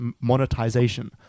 monetization